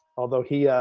although he ah,